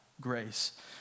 grace